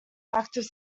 active